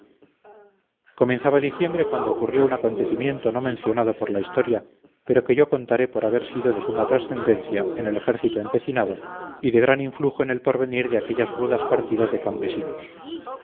comenzaba diciembre cuando ocurrió un acontecimiento no mencionado por la historia pero que yo contaré por haber sido de suma trascendencia en el ejército empecinado y de gran influjo en el porvenir de aquellas rudas partidas de campesinos